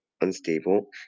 unstable